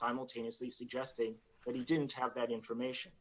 simultaneously suggesting that he didn't have that information